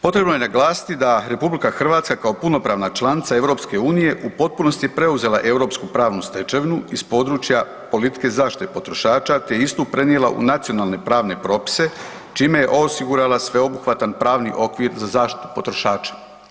Potrebno je naglasiti da RH kao punopravna članica EU u potpunosti je preuzela europsku pravnu stečevinu iz područja politike zaštite potrošača te istu prenijela u nacionalne pravne propise, čime je osigurala sveobuhvatan pravni okvir za zaštitu potrošača.